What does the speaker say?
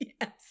Yes